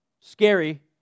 scary